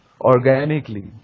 organically